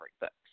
books